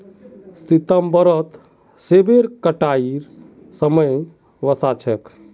सितंबरत सेबेर कटाईर समय वसा छेक